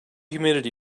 humidity